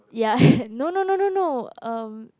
ya no no no no no erm